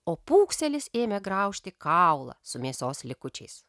o pūkselis ėmė graužti kaulą su mėsos likučiais